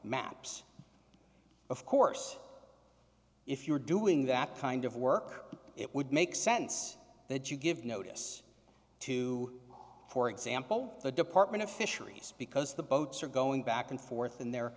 maps of course if you're doing that kind of work it would make sense that you give notice to for example the department of fisheries because the boats are going back and forth and they're